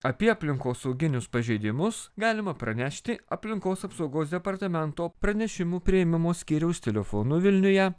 apie aplinkosauginius pažeidimus galima pranešti aplinkos apsaugos departamento pranešimų priėmimo skyriaus telefonu vilniuje